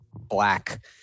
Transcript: black